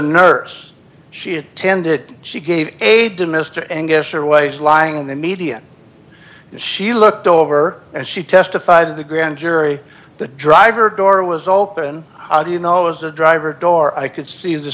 nurse she attended she gave aid to mr and guess her waist lying on the median and she looked over and she testified the grand jury the driver door was open how do you know as a driver door i could see the